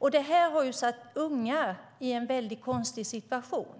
Detta har satt unga i en väldigt konstig situation.